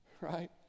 right